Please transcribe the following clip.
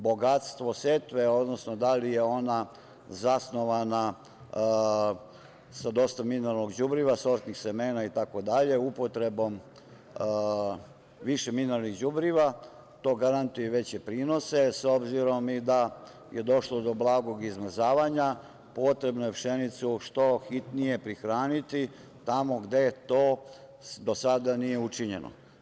Bogatstvo setve, odnosno da li je ona zasnovana sa dosta mineralnog đubriva, sortnih semena itd. upotrebom više mineralnih đubriva, to garantuje i veće prinose, s obzirom da je došlo do blagog izmrzavanja, potrebno je pšenicu što hitnije prihraniti tamo gde to do sada nije učinjeno.